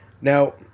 Now